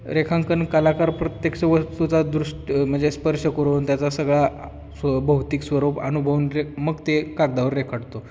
रेखांकन कलाकार प्रत्यक्ष वस्तूचा दृष्ट म्हणजे स्पर्श करून त्याचा सगळा स्व भौतिक स्वरूप अनुभवून रे मग ते कागदावर रेखाटतो